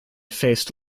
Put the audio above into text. faced